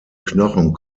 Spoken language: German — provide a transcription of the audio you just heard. knochen